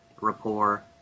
rapport